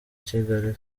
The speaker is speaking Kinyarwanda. kigali